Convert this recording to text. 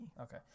Okay